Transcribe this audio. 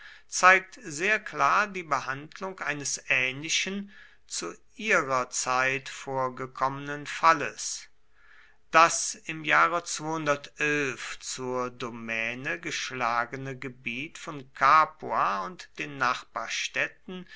zeigt sehr klar die behandlung eines ähnlichen zu ihrer zeit vorgekommenen falles das im jahre zur domäne geschlagene gebiet von capua und den nachbarstädten